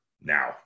Now